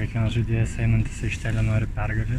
kiekvienas žaidėjas einantis į aikštelę nori pergalių